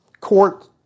court